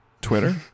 Twitter